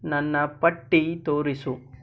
ನನ್ನ ಪಟ್ಟಿ ತೋರಿಸು